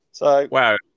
Wow